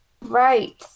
Right